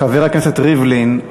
חבר הכנסת ריבלין,